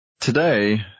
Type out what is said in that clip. Today